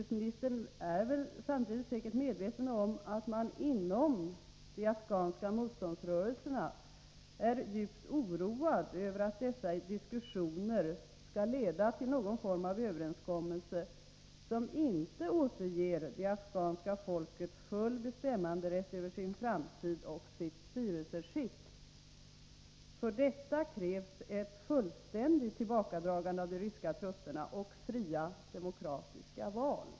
Samtidigt är utrikesministern säkert medveten om att man inom de afghanska motståndsrörelserna är djupt oroad över att dessa diskussioner skall leda till någon form av överenskommelse som inte återger det afghanska folket full bestämmanderätt över sin framtid och sitt styrelseskick. För att folket skall få en sådan bestämmanderätt krävs ett fullständigt tillbakadragande av de ryska trupperna och fria demokratiska val.